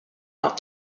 not